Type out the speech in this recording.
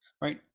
Right